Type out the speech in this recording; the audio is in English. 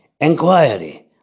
inquiry